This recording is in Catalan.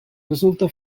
resulta